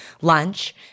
lunch